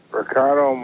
Ricardo